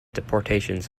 deportations